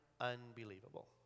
unbelievable